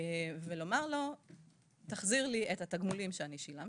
ולומר לו שיחזיר לה את התגמולים שהיא שילמה